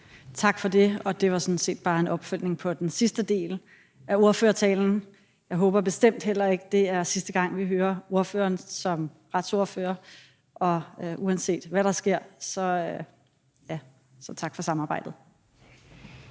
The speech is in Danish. Tak for det. Og det er sådan set bare en opfølgning på den sidste del af ordførertalen. Jeg håber bestemt heller ikke, det er sidste gang, vi hører ordføreren som retsordfører, og uanset hvad der sker, vil jeg sige tak for samarbejdet.